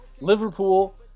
Liverpool